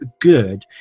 good